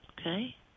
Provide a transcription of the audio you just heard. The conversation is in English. Okay